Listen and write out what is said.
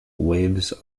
waves